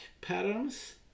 patterns